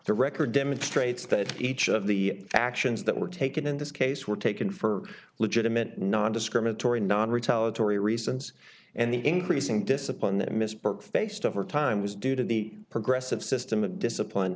the record demonstrates that each of the actions that were taken in this case were taken for legitimate nondiscriminatory non retaliatory reasons and the increasing discipline that mr burke faced over time was due to the progressive system of discipline